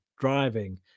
driving